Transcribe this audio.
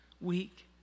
week